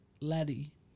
Laddie